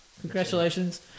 Congratulations